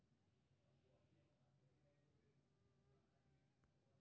नकदी फसलक रूप मे गन्ना, कपास, तंबाकू, पटसन के खेती होइ छै